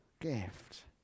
gift